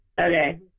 Okay